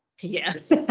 Yes